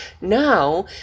now